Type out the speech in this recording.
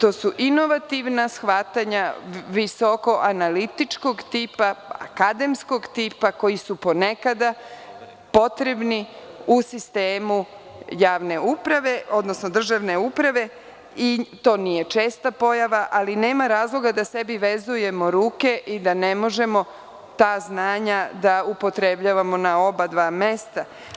To su inovativna shvatanja visokoanalitičkog tipa, akademskog tipa, koji su ponekada potrebni u sistemu javne uprave, odnosno državne uprave i to nije česta pojava, ali nema razloga da sebi vezujemo ruke i da ne možemo ta znanja da upotrebljavamo na oba dva mesta.